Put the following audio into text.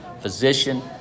physician